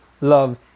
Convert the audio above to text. love